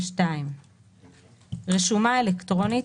"רשומה אלקטרונית,